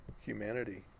humanity